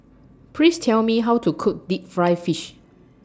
Please Tell Me How to Cook Deep Fried Fish